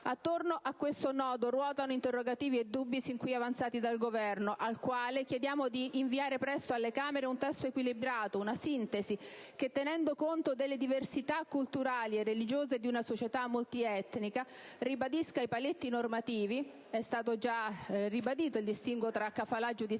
Attorno a questo nodo ruotano interrogativi e dubbi sin qui avanzati dal Governo, al quale chiediamo di inviare presto alle Camere un testo equilibrato, una sintesi che, tenendo conto delle diversità culturali e religiose di una società multietnica, ribadisca i paletti normativi (è stato già ribadito il distinguo tra *kafala*